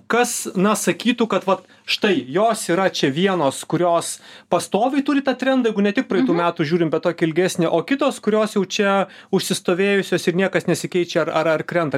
kas na sakytų kad va štai jos yra čia vienos kurios pastoviai turi tą trendą jeigu ne tik praeitų metų žiūrime bet tokį ilgesnį o kitos kurios jau čia užsistovėjusios ir niekas nesikeičia ar ar krenta